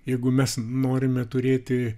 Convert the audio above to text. jeigu mes norime turėti